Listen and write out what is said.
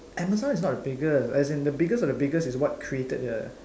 Amazon is not the biggest as is in the biggest of the biggest is what created the